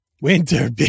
Winter